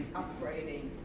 upgrading